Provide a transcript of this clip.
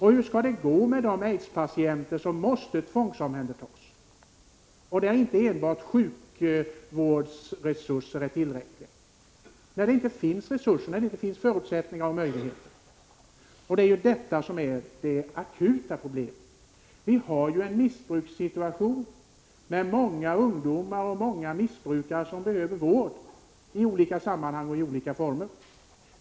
Hur skall det gå med de aidspatienter som måste omhändertas med tvång — där inte enbart sjukvårdsresurser är tillräckliga — när det inte finns förutsättningar för och möjligheter till detta? Det är det akuta problemet. Vi har en missbrukssituation, med många ungdomar och många andra missbrukare som behöver vård i olika sammanhang och i olika former.